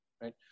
right